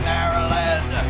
Maryland